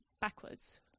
backwards